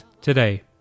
today